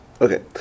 Okay